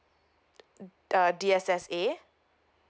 the D S S A